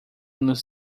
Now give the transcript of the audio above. nos